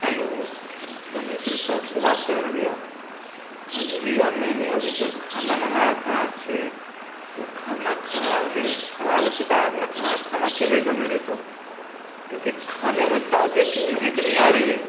hello Ganesh resort से बात कर रहे हैं भैया हाँजी भैया मैंने अभी जो खाना मंगाया था आपसे वो खाना खराब है खराब हो चुका है आपने खराब खाना क्यों भेजा मेरे को क्यूँकि खाने में ताज़े की महक नहीं आ रही है